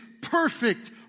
perfect